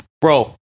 Bro